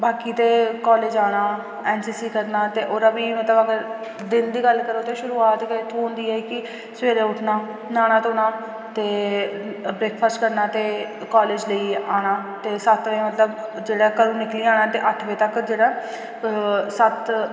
बाकी ते कॉलेज जाना एन सी सी करना ते ओह्दा बी मतलब अगर दिन दी गल्ल करो ते शुरूआत गै इत्थुं होंदी ऐ कि सबैह्रे उठना न्हाना धोना ते ब्रेकफॉस्ट करना ते कॉलेज लेई आना ते सत्त बजे मतलब जेह्ड़ा घरू निकली जाना ते अट्ठ बजे तक जेह्ड़ा सत्त